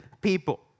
people